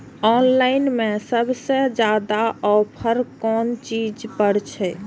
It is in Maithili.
ऑनलाइन में सबसे ज्यादा ऑफर कोन चीज पर छे?